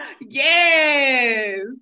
Yes